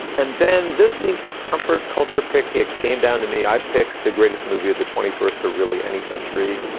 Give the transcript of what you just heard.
and then this week's comfort culture picket came down to me. i picked the greatest movie of the twenty first or really any century.